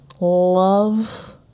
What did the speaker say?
love